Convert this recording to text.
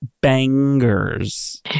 bangers